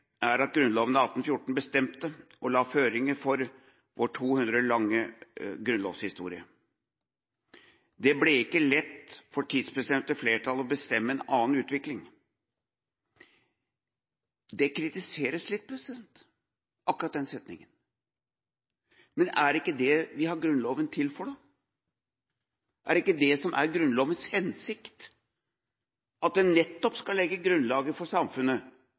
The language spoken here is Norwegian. er at Grunnloven av 1814 bestemte og la føringer for vår 200 år lange grunnlovshistorie. Det ble ikke lett for tidsbestemte flertall å bestemme en annen utvikling. Den kritiseres litt, akkurat den setningen. Men er det ikke det vi har Grunnloven til, da? Er det ikke det som er Grunnlovens hensikt – at den nettopp skal legge grunnlaget for samfunnet